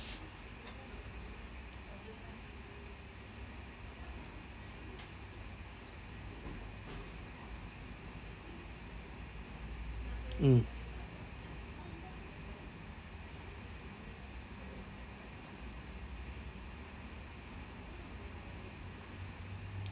mm